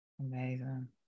Amazing